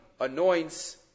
anoints